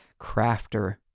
crafter